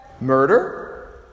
murder